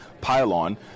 pylon